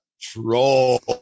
Troll